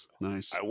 nice